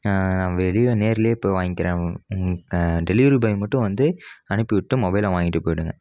வெளியே நேரிலே போய் வாங்கிக்கிறேன் டெலிவரி பாய் மட்டும் வந்து அனுப்பிவிட்டு மொபைலை வாங்கிட்டு போயிவிடுங்க